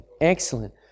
Excellent